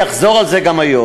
אחזור על זה גם היום,